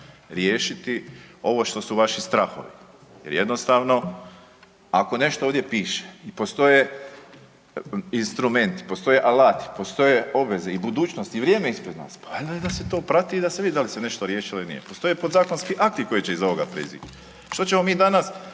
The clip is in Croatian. riješiti ovo što su vaši strahovi jer jednostavno ako nešto ovdje piše postoje instrumenti, postoje alati, postoje obveze i budućnost i vrijeme ispred nas, pa ajde daj da se to prati i da se vidi da li se nešto riješilo ili nije, postoje postoje podzakonski akti koji će iz ovoga proizaći. Što ćemo mi danas